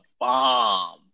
bomb